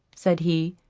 said he,